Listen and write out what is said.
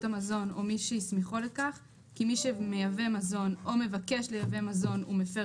המזון או מש שהסמיכו לכך כי מי שמייבא מזון או מבקש לייבא מזון הוא מפר